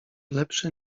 lepszy